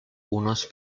unos